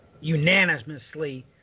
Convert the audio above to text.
unanimously